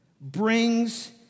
brings